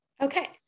Okay